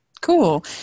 Cool